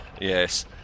yes